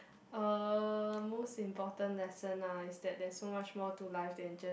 uh most important lesson ah is that there's so much more to life than just